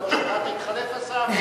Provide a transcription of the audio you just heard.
אמרו לי: התחלף השר.